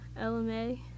LMA